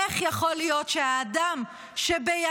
איך יכול להיות שהאדם שבידיו,